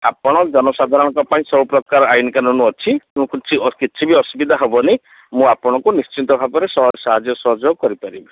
ଆପଣ ଜନସାଧାରଣଙ୍କ ପାଇଁ ସବୁ ପ୍ରକାର ଆଇନ କାନୁନ୍ ଅଛି ତେଣୁ କିଛି କିଛି ବି ଅସୁବିଧା ହେବନି ମୁଁ ଆପଣଙ୍କୁ ନିଶ୍ଚିନ୍ତ ଭାବରେ ସାହାଯ୍ୟ ସହଯୋଗ କରିପାରିବି